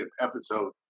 episode